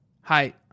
Hi